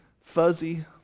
fuzzy